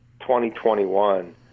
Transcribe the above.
2021